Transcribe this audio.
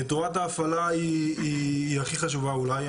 תורת ההפעלה היא הכי חשובה אולי.